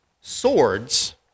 swords